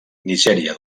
nigèria